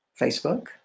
Facebook